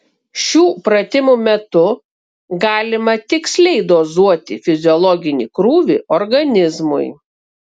šių pratimų metu galima tiksliai dozuoti fiziologinį krūvį organizmui